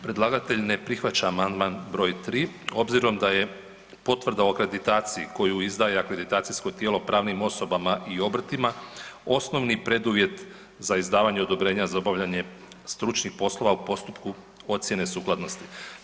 Predlagatelj ne prihvaća amandman br. 3 obzirom da je potvrda o akreditaciji koju izdaje akreditacijsko tijelo pravnim osobama i obrtima, osnovni preduvjet za izdavanje odobrenja za obavljanje stručnih poslova u postupku ocjene sukladnosti.